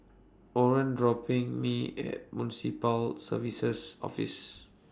Orren dropping Me At Municipal Services Office